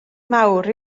mawr